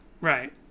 Right